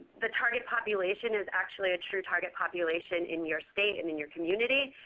the target population is actually a true target population in your state and in your community.